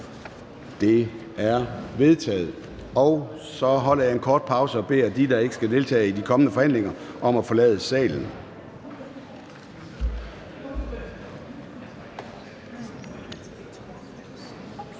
Det er vedtaget. Så holder jeg en kort pause og beder dem, der ikke skal deltage i de kommende forhandlinger, om at forlade salen.